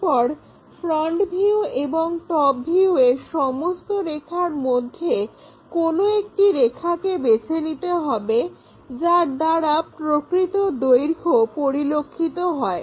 এরপর front view এবং top view এর সমস্ত রেখার মধ্যে কোনো একটি রেখাকে বেছে নিতে হবে যার দ্বারা প্রকৃত দৈর্ঘ্য পরিলক্ষিত হয়